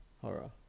Horror